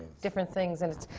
different things. and it's,